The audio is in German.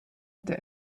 hatte